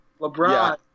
LeBron